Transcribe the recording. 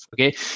Okay